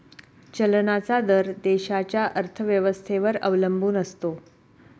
चलनाचा दर देशाच्या अर्थव्यवस्थेवर अवलंबून असतो